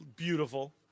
beautiful